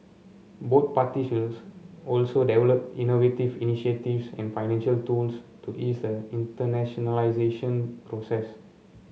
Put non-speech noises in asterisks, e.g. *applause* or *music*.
both parties will *unintelligible* also develop innovative initiatives and financial tools to ease the internationalisation process